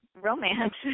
romance